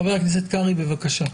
חבר הכנסת קרעי, בבקשה.